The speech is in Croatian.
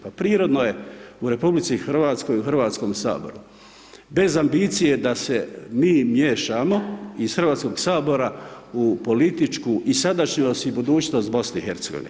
Prirodno je u RH u hrvatskome Saboru, bez ambicije je da se mi miješamo iz Hrvatskog sabora u poetičku i sadašnjost i budućnost BIH.